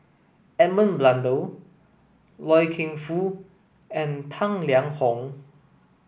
Edmund Blundell Loy Keng Foo and Tang Liang Hong